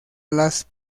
las